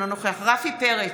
אינו נוכח רפי פרץ,